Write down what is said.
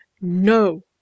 No